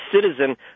citizen